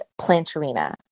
Plantarina